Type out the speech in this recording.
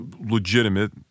legitimate